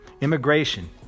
Immigration